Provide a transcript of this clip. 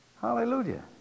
Hallelujah